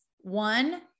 One